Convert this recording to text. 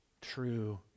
true